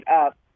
up